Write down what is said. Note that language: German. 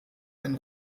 ein